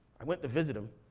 i went to visit them,